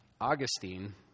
Augustine